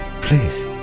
Please